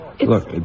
Look